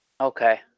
Okay